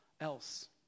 else